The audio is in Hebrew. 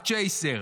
הצ'ייסר,